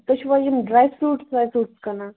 تُہۍ چھُوا یِم ڈرٛاے فرٛوٗٹٕس وَے فرٛوٗٹس کٕنان